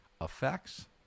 effects